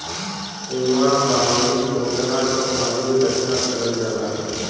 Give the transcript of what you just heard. कुँआ, बाउली, पोखरा क पानी इकट्ठा करल जाला